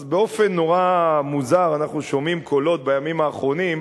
אז באופן נורא מוזר אנחנו שומעים קולות בימים האחרונים,